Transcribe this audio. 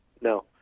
No